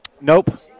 Nope